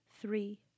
three